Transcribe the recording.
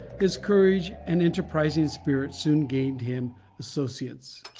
his courage and enterprising spirit soon gained him associates,